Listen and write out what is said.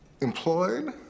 Employed